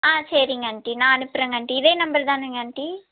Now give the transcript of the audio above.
ஆ சரிங்க ஆண்ட்டி நான் அனுப்புகிறேங்க ஆண்ட்டி இதே நம்பர் தானுங்க ஆண்ட்டி